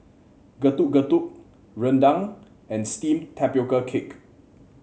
Getuk Getuk rendang and steamed Tapioca Cake